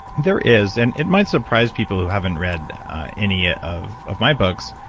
there is. and it might surprise people who haven't read any ah of of my books.